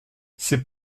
c’est